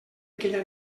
aquella